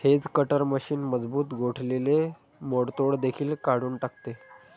hedge cutter machine मजबूत गोठलेले मोडतोड देखील काढून टाकते